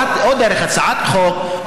או דרך הצעת חוק,